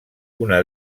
una